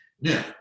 Now